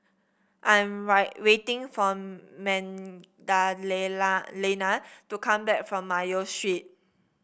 I'm waiting for to come back from Mayo Street